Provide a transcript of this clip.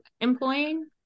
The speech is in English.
employing